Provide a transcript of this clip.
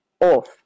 off